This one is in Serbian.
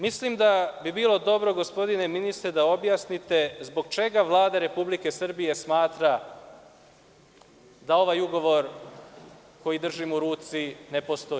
Mislim da bi bilo dobro, gospodine ministre, da objasnite zbog čega Vlada Republike Srbije smatra da ovaj ugovor koji držim u ruci ne postoji.